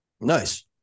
nice